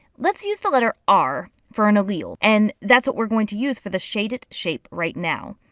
let's use the letter r for an allele and that's what we're going to use for the shaded shape right now.